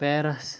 Paris